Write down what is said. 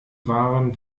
waren